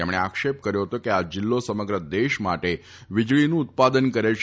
તેમણે આક્ષેપ કર્યો હતો કે આ જીલ્લો સમગ્ર દેશ માટે વીજળીનું ઉત્પાદન કરે છે